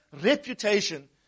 reputation